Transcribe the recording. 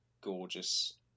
gorgeous